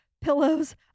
pillows